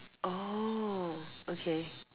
oh okay